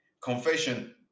Confession